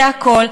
זה הכול.